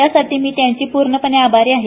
त्यासाठी मी त्यांची पूर्णपणे आभारी आहे